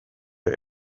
der